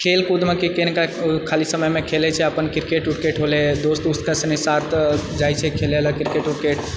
खेलकूदमे किनकर खाली समयमे खेलैछै अपन क्रिकेट व्रुकेट होले दोस्त वोस्त सनि साथ जाइछे खेलैले क्रिकेट व्रुकेट